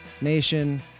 Nation